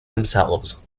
themselves